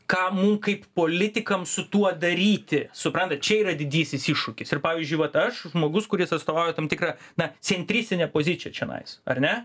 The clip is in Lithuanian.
ką mum kaip politikam su tuo daryti suprantat čia yra didysis iššūkis ir pavyzdžiui vat aš žmogus kuris atstovauja tam tikrą na centristinę poziciją čianais ar ne